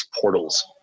portals